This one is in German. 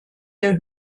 der